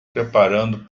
preparando